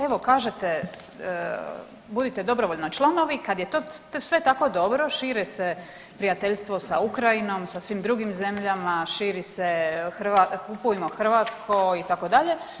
Evo kažite, budite dobrovoljno članovi kad je to sve tako dobro, šire se prijateljstvo sa Ukrajinom, sa svim drugim zemljama, širi se kupujmo hrvatsko itd.